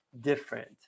different